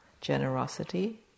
generosity